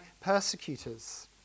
persecutors